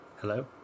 Hello